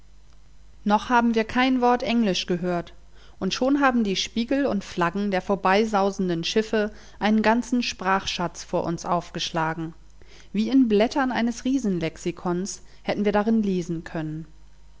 noch haben wir kein wort englisch gehört und schon haben die spiegel und flaggen der vorbeisausenden schiffe einen ganzen sprachschatz vor uns aufgeschlagen wie in blättern eines riesenlexikons hätten wir darin lesen können